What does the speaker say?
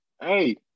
Hey